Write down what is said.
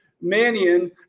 Manion